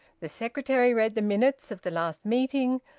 the secretary read the minutes of the last meeting,